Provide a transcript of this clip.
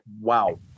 wow